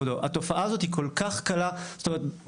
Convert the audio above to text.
זאת אומרת,